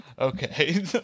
Okay